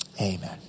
amen